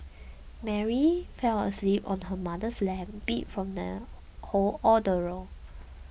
Mary fell asleep on her mother's lap beat from the whole ordeal